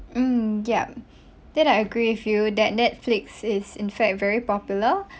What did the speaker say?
mm yup that I agree with you that Netflix is in fact very popular